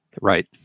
Right